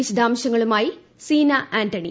വിശദാംശങ്ങളുമായി സീന ആന്റണി